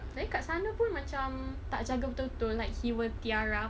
then kat sana pun macam tak jaga betul-betul like he will tiarap